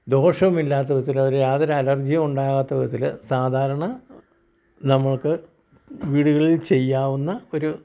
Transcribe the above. ദോഷമില്ലാത്ത വിധത്തിലൊരു യാതൊരലർജിയും ഉണ്ടാകാത്ത വിധത്തിൽ സാധാരണ നമുക്ക് വീടുകളിൽ ചെയ്യാവുന്ന ഒരു